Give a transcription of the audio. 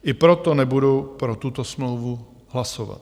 I proto nebudu pro tuto smlouvu hlasovat.